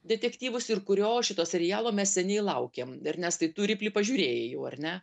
detektyvus ir kurio šito serialo mes seniai laukėm ernestai tu riplį pažiūrėjai jau ar ne